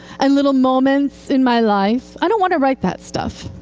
and little moments in my life. i don't want to write that stuff.